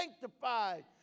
sanctified